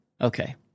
Okay